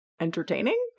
entertaining